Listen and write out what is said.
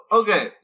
okay